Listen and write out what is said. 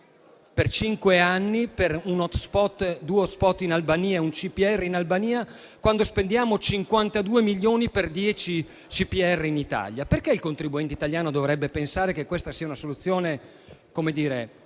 per cinque anni per uno o due *hotspot* e un CPR in Albania, quando spendiamo 52 milioni per dieci CPR in Italia? Perché il contribuente italiano dovrebbe pensare che questa sia una soluzione logica,